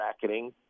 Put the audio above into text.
bracketing